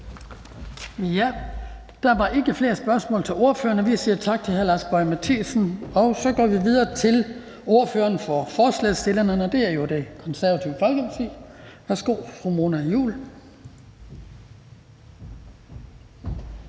Der er ikke flere spørgsmål til ordføreren, så vi siger tak til hr. Lars Boje Mathiesen. Så går vi videre til ordføreren for forslagsstillerne, og det er fru Mona Juul, Det Konservative Folkeparti. Værsgo. Kl.